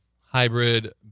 hybrid